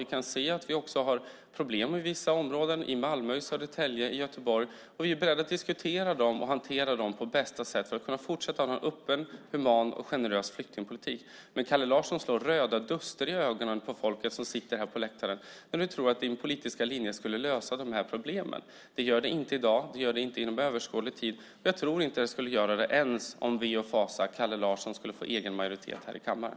Vi kan se att vi också har problem i vissa områden i Malmö, Södertälje och Göteborg. Vi är beredda att diskutera och hantera dem på bästa sätt för att kunna fortsätta ha en öppen, human och generös flyktingpolitik. Kalle Larsson, du slår röda dunster i ögonen på folk som sitter på läktaren när du tror att din politiska linje skulle lösa problemen. Det gör den inte i dag, och det gör den inte inom överskådlig tid. Jag tror inte att den skulle göra det ens om, ve och fasa, Kalle Larsson skulle få egen majoritet i kammaren.